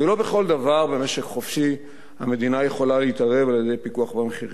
ולא בכל דבר במשק חופשי המדינה יכולה להתערב על-ידי פיקוח על המחירים.